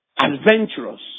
adventurous